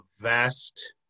vast